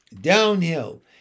downhill